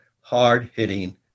hard-hitting